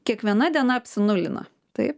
kiekviena diena apsinulina taip